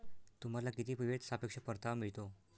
तुम्हाला किती वेळेत सापेक्ष परतावा मिळतो?